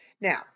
Now